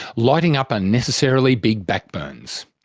lighting up unnecessarily big back-burns.